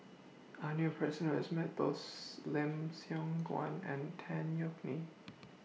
I knew A Person Who has Met Both Lim Siong Guan and Tan Yeok Nee